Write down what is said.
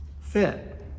fit